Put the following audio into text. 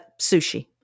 Sushi